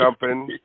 jumping